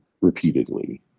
repeatedly